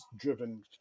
driven